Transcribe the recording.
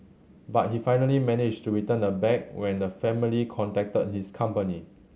but he finally managed to return the bag when the family contacted his company